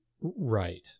Right